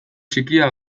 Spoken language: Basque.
txikia